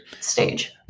Stage